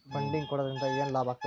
Funding ಕೊಡೊದ್ರಿಂದಾ ಏನ್ ಲಾಭಾಗ್ತದ?